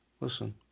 listen